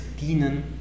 dienen